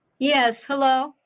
yes hello.